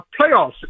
playoffs